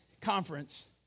conference